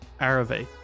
Arave